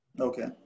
Okay